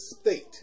state